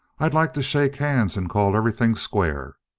i'd like to shake hands and call everything square.